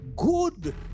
good